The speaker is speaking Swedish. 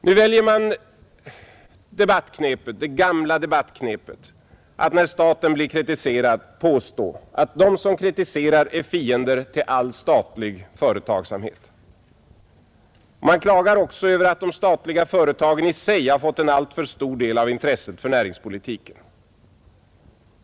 Nu väljer man det gamla debattknepet att, när staten blir kritiserad, påstå att de som kritiserar är fiender till all statlig företagsamhet. Man klagar också över att de statliga företagen i sig har fått en alltför stor del av intresset för näringspolitiken.